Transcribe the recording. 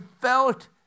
felt